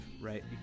right